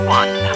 one